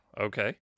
Okay